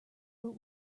but